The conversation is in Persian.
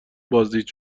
بازدید